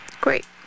Great